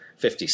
56